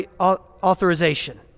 authorization